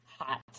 hot